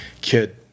kid